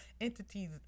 entities